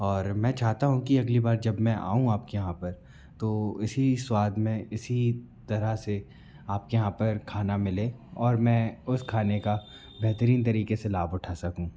और मैं चाहता हूँ कि अगली बार जब मैं आऊँ आपके यहाँ पर तो इसी स्वाद में इसी तरह से आपके यहाँ पर खाना मिले और मैं उस खाने का बेहतरीन तरीके से लाभ उठा सकूँ